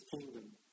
kingdom